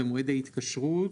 "במועד ההתקשרות